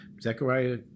Zechariah